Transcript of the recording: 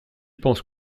penses